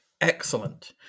Excellent